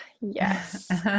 yes